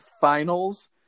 Finals